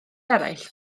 eraill